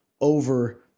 over